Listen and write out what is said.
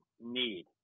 need